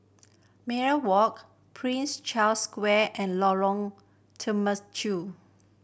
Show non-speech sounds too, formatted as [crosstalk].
Minaret Walk Prince Charles Square and Lorong [unintelligible]